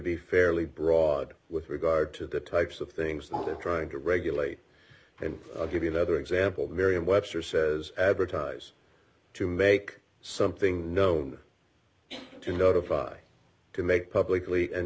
be fairly broad with regard to the types of things that are trying to regulate and i'll give you another example very webster says advertise to make something you know to notify to make publicly and